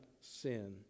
sin